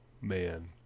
Man